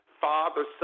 Father